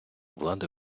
влади